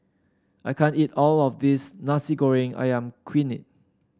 I can't eat all of this Nasi Goreng ayam kunyit